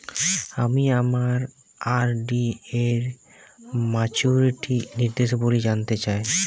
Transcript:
আমি আমার আর.ডি এর মাচুরিটি নির্দেশাবলী জানতে চাই